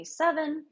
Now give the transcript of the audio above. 27